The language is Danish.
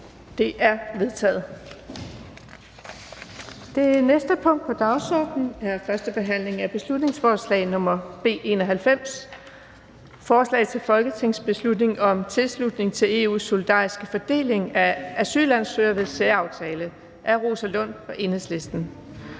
Det er vedtaget. --- Det næste punkt på dagsordenen er: 2) 1. behandling af beslutningsforslag nr. B 91: Forslag til folketingsbeslutning om tilslutning til EU's solidariske fordeling af asylansøgere ved en særaftale. Af Rosa Lund (EL) m.fl.